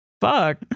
fuck